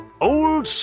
Old